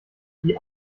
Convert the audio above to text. die